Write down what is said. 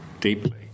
deeply